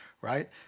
right